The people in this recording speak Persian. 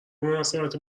مناسبت